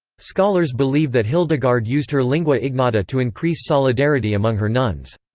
scholars believe that hildegard used her lingua ignota to increase solidarity among her nuns.